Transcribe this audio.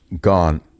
gone